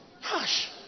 Hush